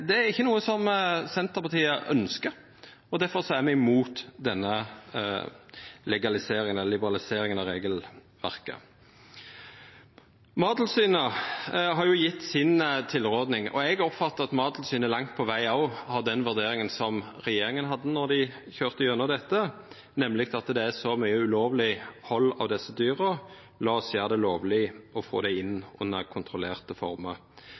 er me imot denne liberaliseringa av regelverket. Mattilsynet har gjeve si tilråding, og eg oppfattar at Mattilsynet langt på veg har vurdert dette slik regjeringa gjorde då ein kjørte igjennom dette, nemleg at det er så mykje ulovleg hald av desse dyra, så lat oss gjera det lovleg og få det inn i kontrollerte former.